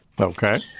Okay